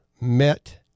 Met